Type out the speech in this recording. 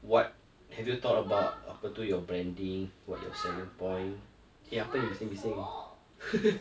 what have you thought about apa tu your branding about your selling point eh apa ni bising bising